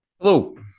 Hello